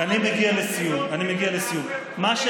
פשוט